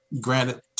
granted